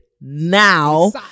now